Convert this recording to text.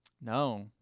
no